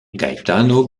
gaetano